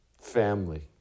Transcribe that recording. family